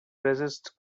resist